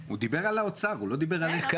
הוא דיבר על האוצר הוא לא דיבר עליך.